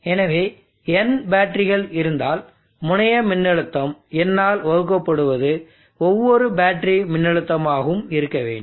எனவே n பேட்டரிகள் இருந்தால் முனைய மின்னழுத்தம் n ஆல் வகுக்கப்படுவது ஒவ்வொரு பேட்டரி மின்னழுத்தமாகவும் இருக்க வேண்டும்